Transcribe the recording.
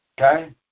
okay